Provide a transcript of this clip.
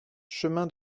chemin